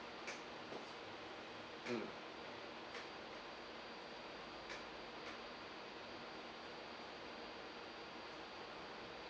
mm